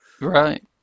Right